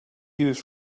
used